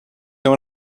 than